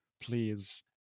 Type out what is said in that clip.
please